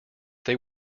they